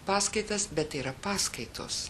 paskaitas bet tai yra paskaitos